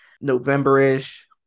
November-ish